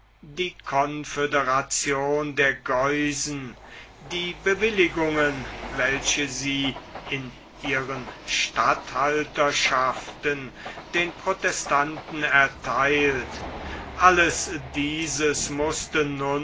die conföderation der geusen die bewilligungen welche sie in ihren statthalterschaften den protestanten ertheilt alles dieses mußte